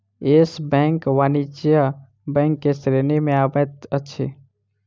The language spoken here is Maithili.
येस बैंक वाणिज्य बैंक के श्रेणी में अबैत अछि